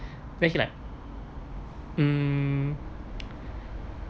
the he like mmhmm